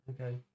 Okay